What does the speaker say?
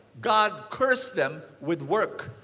god cursed them with work.